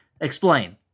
Explain